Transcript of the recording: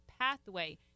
pathway